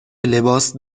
لباس